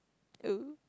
oh